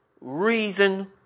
reason